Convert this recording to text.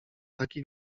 taki